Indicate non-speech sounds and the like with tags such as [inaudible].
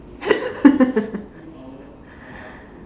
[laughs]